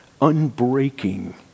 unbreaking